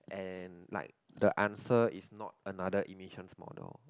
and like the answer is not another emissions model